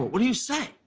what do you say?